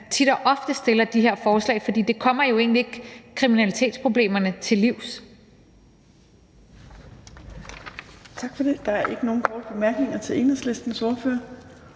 tit og ofte stiller de her forslag, for det kommer jo egentlig ikke kriminalitetsproblemerne til livs.